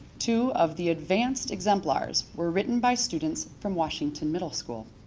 two of the advanced exemplars were written by students from washington middle school.